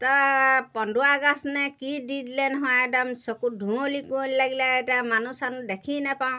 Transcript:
তাৰপৰা কন্দুৱা গেছ নে কি দি দিলে নহয় একদম চকুত ধুঁৱলি কুঁৱলি লাগিলে এতিয়া মানুহ চানুহ দেখি নেপাওঁ